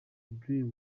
deal